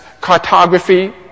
cartography